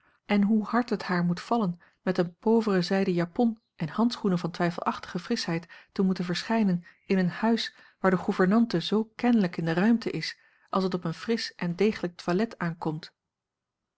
en hoe hard het haar moet vallen met eene povere zijden japon en handschoenen van twijfelachtige frischheid te moeten verschijnen in een huis waar de gouvernante zoo kenlijk in de ruimte is als het op een frisch en degelijk toilet aankomt